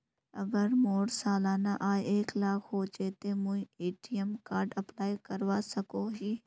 अगर मोर सालाना आय एक लाख होचे ते मुई ए.टी.एम कार्ड अप्लाई करवा सकोहो ही?